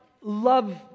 love